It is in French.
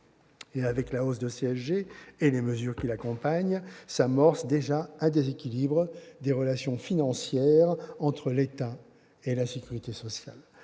Avec la hausse de la CSG et les mesures qui l'accompagnent s'amorce déjà un déséquilibre des relations financières entre l'État et la sécurité sociale.